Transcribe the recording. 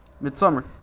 Midsummer